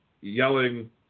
yelling